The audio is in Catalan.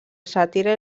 sàtira